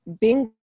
bingo